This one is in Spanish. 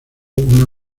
una